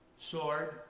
Sword